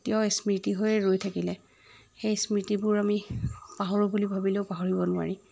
এতিয়াও স্মৃতি হৈয়ে ৰৈ থাকিলে সেই স্মৃতিবোৰ আমি পাহৰোঁ বুলি ভাবিলেও পাহৰিব নোৱাৰি